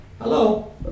Hello